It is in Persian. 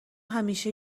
همیشه